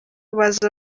baza